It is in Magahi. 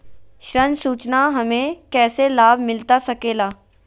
ऋण सूचना हमें कैसे लाभ मिलता सके ला?